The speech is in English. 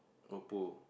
Oppo